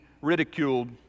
ridiculed